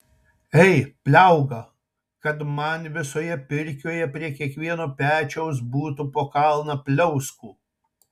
ei pliauga kad man visoje pirkioje prie kiekvieno pečiaus būtų po kalną pliauskų